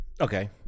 Okay